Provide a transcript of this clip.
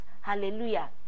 hallelujah